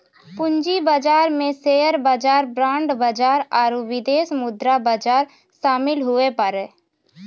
पूंजी बाजार मे शेयर बाजार बांड बाजार आरू विदेशी मुद्रा बाजार शामिल हुवै पारै